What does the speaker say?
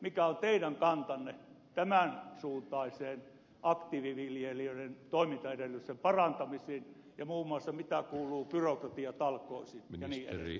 mikä on teidän kantanne tämän suuntaiseen aktiiviviljelijöiden toimintaedellytysten parantamiseen ja muun muassa mitä kuuluu byrokratiatalkoisiin ja niin edelleen